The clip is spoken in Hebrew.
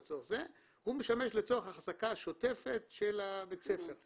הוא משמש לצורך אחזקה שוטפת של בית הספר.